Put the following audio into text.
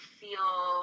feel